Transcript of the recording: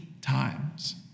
times